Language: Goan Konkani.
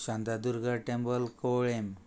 शांतादुर्गा टॅम्पल कवळेम